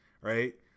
right